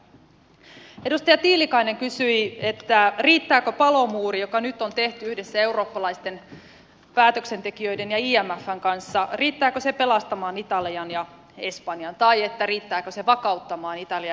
edustaja tiilikainen kysyi riittääkö palomuuri joka nyt on tehty yhdessä eurooppalaisten päätöksentekijöiden ja imfn kanssa riittääkö se pelastamaan italian ja espanjan tai riittääkö se vakauttamaan italian ja espanjan taloutta